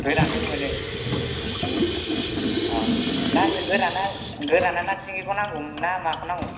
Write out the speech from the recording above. गोरानबो मोनो औ ना गोराना गोराना ना सिंगिखौ नांगौमोन ना माखौ नांगौमोन